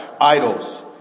Idols